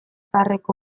zaharreko